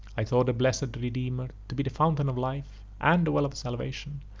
i saw the blessed redeemer to be the fountain of life, and the well of salvation.